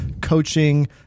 coaching